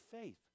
faith